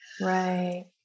Right